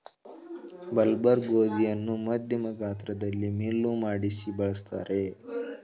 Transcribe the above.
bulgur ಗೋಧಿಯನ್ನು ಮಧ್ಯಮ ಗಾತ್ರದಲ್ಲಿ ಮಿಲ್ಲು ಮಾಡಿಸಿ ಬಳ್ಸತ್ತರೆ